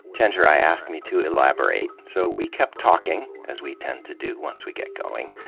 chenjerai asked me to elaborate. so we kept talking, as we tend to do once we get going.